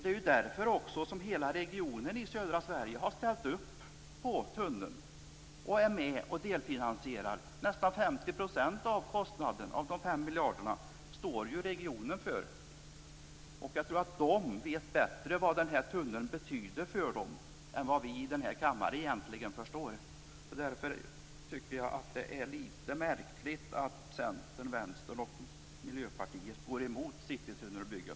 Det är också därför som hela regionen i södra Sverige har ställt upp på tunneln och är med och delfinansierar projektet. Regionen står ju för nästan 50 % av de 5 miljarderna. Jag tror att människorna där bättre vet vad tunneln betyder för dem än vad vi här i kammaren gör. Därför tycker jag att det är litet märkligt att Centern, Vänstern och Miljöpartiet går emot citytunnelbygget.